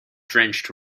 drenched